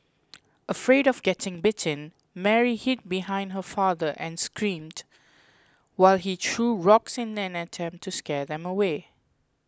afraid of getting bitten Mary hid behind her father and screamed while he threw rocks in an attempt to scare them away